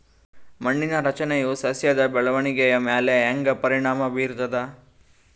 ಮಣ್ಣಿನ ರಚನೆಯು ಸಸ್ಯದ ಬೆಳವಣಿಗೆಯ ಮ್ಯಾಲ ಹ್ಯಾಂಗ ಪರಿಣಾಮ ಬೀರ್ತದ?